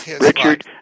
Richard